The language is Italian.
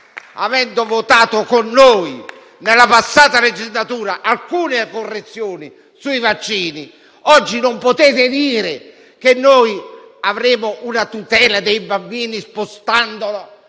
avendo votato con noi nella passata legislatura alcune correzioni sui vaccini, oggi non possa dire che avremo una tutela dei bambini spostando